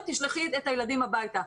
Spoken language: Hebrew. ותשלחי את הילדים הביתה.